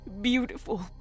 beautiful